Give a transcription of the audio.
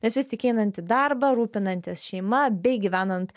nes vis tik einant į darbą rūpinantis šeima bei gyvenant